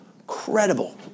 incredible